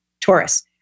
Taurus